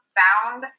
found